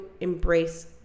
embrace